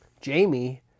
jamie